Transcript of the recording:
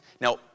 Now